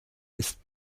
ist